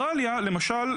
דבר שני.